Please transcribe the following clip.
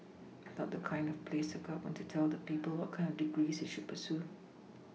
not the of place of the Government to tell the people what kind of degree they should pursue